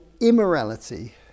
immorality